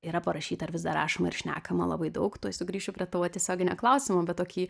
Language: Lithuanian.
yra parašyta vis dar rašoma ir šnekama labai daug tuoj sugrįšiu prie tavo tiesioginio klausimo bet tokį